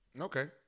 Okay